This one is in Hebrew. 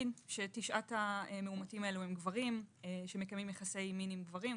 תשעת המאומתים האלה הם גברים שמקיימים יחסי מין עם גברים,